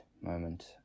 moment